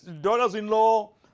daughters-in-law